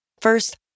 First